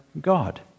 God